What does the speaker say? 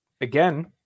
again